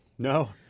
No